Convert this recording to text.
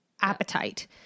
appetite